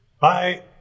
Bye